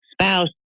spouse